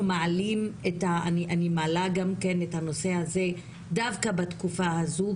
מעלים גם כן את הנושא הזה דווקא בתקופה הזו,